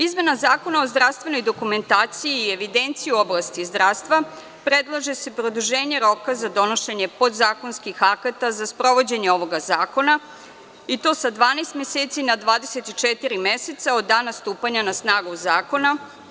Izmena Zakona o zdravstvenoj dokumentaciji i evidenciji u oblasti zdravstva, predlaže se produženje roka za donošenje podzakonskih akata za sprovođenje ovog zakona i to sa 12 meseci na 24 meseca od dana stupanja na snagu Zakona.